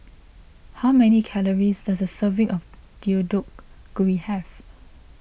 how many calories does a serving of Deodeok Gui have